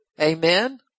Amen